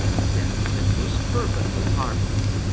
yes, it was perfectly harmless.